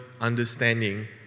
understanding